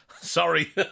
Sorry